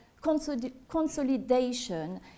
consolidation